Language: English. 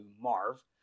Marv